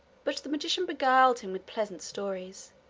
but the magician beguiled him with pleasant stories,